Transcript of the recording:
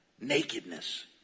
nakedness